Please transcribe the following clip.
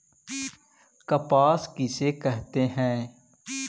कपास किसे कहते हैं?